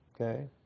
Okay